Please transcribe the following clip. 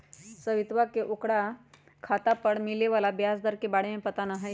सवितवा के ओकरा खाता पर मिले वाला ब्याज दर के बारे में पता ना हई